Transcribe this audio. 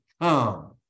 come